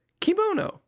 kimono